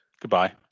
Goodbye